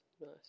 nice